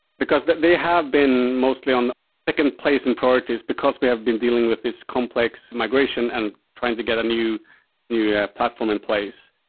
because they they have been mostly on second place in priorities because we have been dealing with this complex migration and trying to get a new new yeah platform in place.